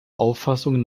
auffassung